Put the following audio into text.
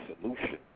solution